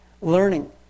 learning